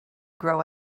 grow